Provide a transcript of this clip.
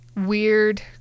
Weird